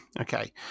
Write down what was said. Okay